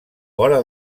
vora